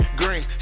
green